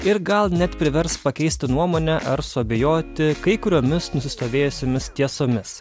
ir gal net privers pakeisti nuomonę ar suabejoti kai kuriomis nusistovėjusiomis tiesomis